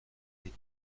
mit